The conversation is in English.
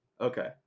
Okay